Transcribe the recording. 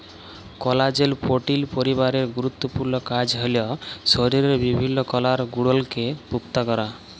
কলাজেল protein পরিবারের গুরুত্তপুর্ল কাজ হ্যল শরীরের বিভিল্ল্য কলার গঢ়লকে পুক্তা ক্যরা